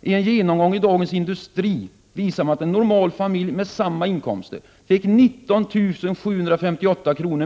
I en genomgång i Dagens Industri visades att en normal familj med normal inkomst fick 19 758 kr.